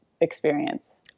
experience